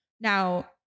Now